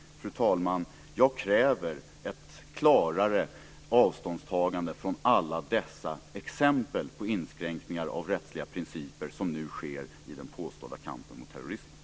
Fru talman! Jag kräver ett klarare avståndstagande från alla dessa exempel på inskränkningar av rättsliga principer som nu sker i den påstådda kampen mot terrorismen.